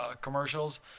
commercials